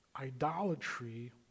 idolatry